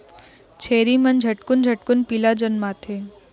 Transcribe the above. छेरी मन झटकुन झटकुन पीला जनमाथे